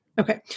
Okay